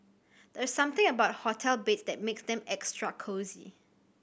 there's something about hotel beds that makes them extra cosy